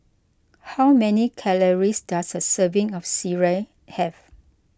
how many calories does a serving of Sireh have